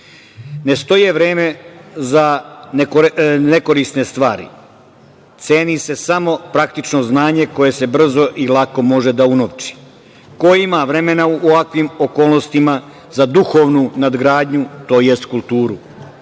Ne stoji vreme za nekorisne stvari, ceni se samo praktično znanje koje se brzo i lako može da unovči. Ko ima vremena u ovakvim okolnostima za duhovnu nadgradnju, tj. kulturu?